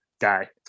guy